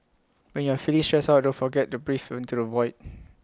when you are feeling stressed out don't forget to breathe into the void